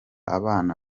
abana